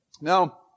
Now